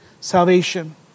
salvation